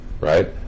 Right